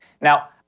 Now